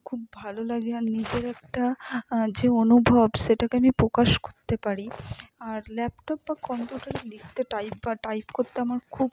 খুব ভালো লাগে আর নিজের একটা যে অনুভব সেটাকে আমি প্রকাশ করতে পারি আর ল্যাপটপ বা কম্পিউটারে লিখতে টাইপ বা টাইপ করতে আমার খুব